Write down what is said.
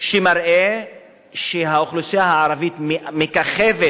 שמראה שהאוכלוסייה הערבית מככבת